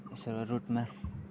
रोडमा